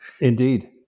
indeed